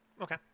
Okay